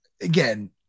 again